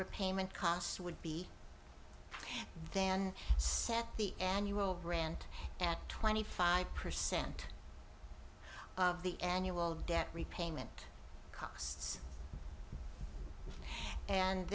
repayment costs would be van set the annual rent at twenty five percent of the annual debt repayment costs and